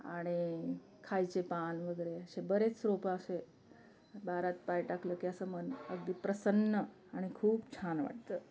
आणि खायचे पान वगैरे असे बरेच रोपं असे बारात पाय टाकलं की असं मन अगदी प्रसन्न आणि खूप छान वाटतं